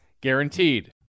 guaranteed